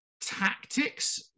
tactics